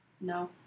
No